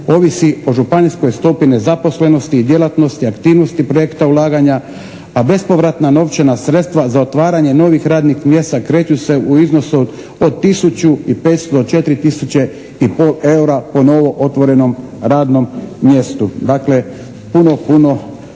ovisi o županijskoj stopi nezaposlenosti i djelatnosti, aktivnosti projekta ulaganja, a bespovratna novčana sredstva za otvaranje novih radnih mjesta kreću se u iznosu od 1500 do 4 tisuće i pol eura po novo otvorenom radnom mjestu. Dakle, puno, puno